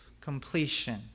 completion